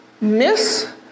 miss